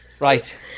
right